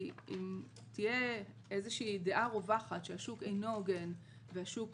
כי אם תהיה איזושהי דעה רווחת שהשוק אינו הוגן והשוק